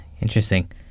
interesting